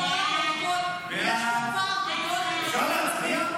--- אפשר להצביע?